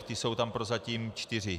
Ty jsou tam prozatím čtyři.